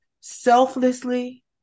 selflessly